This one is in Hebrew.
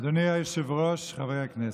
אדוני היושב-ראש, חברי הכנסת,